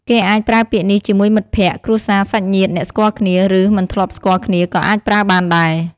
គេអាចប្រើពាក្យនេះជាមួយមិត្តភក្តិ គ្រួសារ សាច់ញាតិ អ្នកស្គាល់គ្នា ឬ មិនធ្លាប់ស្គាល់គ្នាក៏អាចប្រើបានដែរ។